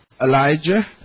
Elijah